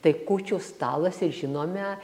tai kūčių stalas ir žinome